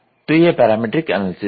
तो यह parameter analysis है